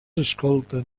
escolten